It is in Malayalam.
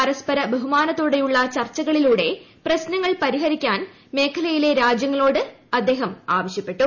പരസ്പര ബഹുമാനത്തോടെയുള്ള ചർച്ചകളിലൂടെ പ്രശ്നങ്ങൾ പരിഹരി ക്കാൻ മേഖലയിലെ രാജ്യങ്ങളോട് അദ്ദേഹം ആവശ്യപ്പെട്ടു